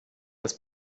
das